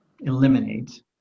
Eliminate